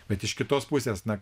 bet iš kitos pusės na